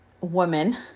woman